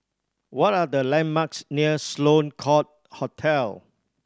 what are the landmarks near Sloane Court Hotel